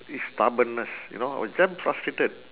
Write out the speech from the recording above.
it's stubbornness you know I was damn frustrated